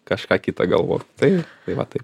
kažką kita galvok tai va tai